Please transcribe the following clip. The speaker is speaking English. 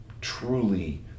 truly